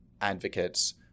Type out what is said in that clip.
advocates